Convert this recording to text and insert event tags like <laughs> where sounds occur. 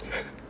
<laughs>